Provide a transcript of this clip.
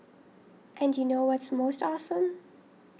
and you know what's most awesome